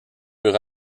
peut